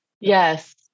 Yes